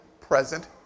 present